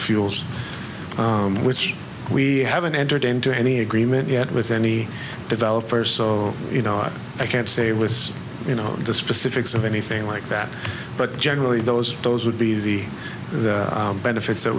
fuels which we haven't entered into any agreement yet with any developer so you know i can't say it was you know the specifics of anything like that but generally those those would be the benefits that